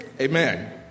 Amen